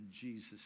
Jesus